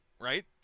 right